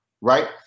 right